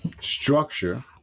structure